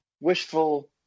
wishful